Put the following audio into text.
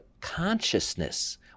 consciousness